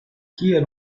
kiel